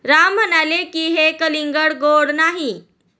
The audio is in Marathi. राम म्हणाले की, हे कलिंगड गोड नाही